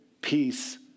peace